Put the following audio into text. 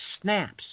snaps